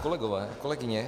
To kolegové a kolegyně.